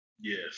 Yes